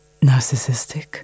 Narcissistic